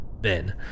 Ben